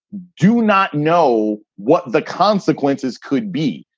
do not know what the consequences could be.